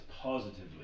positively